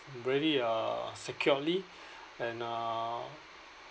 really uh securely and uh